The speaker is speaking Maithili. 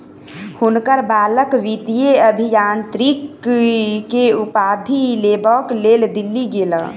हुनकर बालक वित्तीय अभियांत्रिकी के उपाधि लेबक लेल दिल्ली गेला